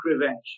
revenge